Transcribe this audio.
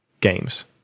games